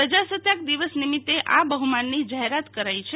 પ્રજાસત્તાક દિવસ નિમિત્તે આ બહુમાનની જાહેરાત કારાઈ છે